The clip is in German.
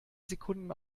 sekunden